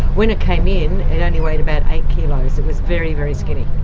when it came in it only weighed about eight kilos, it was very, very skinny.